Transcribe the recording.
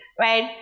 right